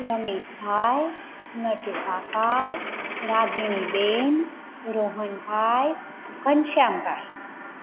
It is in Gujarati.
રમેશભાઈ નટુકાકા રાગિણીબેન રોહનભાઈ ઘનશ્યામભાઈ